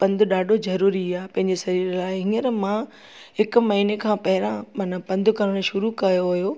पंधु ॾाढो ज़रूरी आहे पंहिंजे सरीर लाइ हींअर मां हिकु महीने खां पहिरां माना पंधु करणु शुरू कयो हुओ